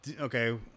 Okay